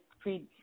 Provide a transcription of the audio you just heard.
pre